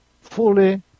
fully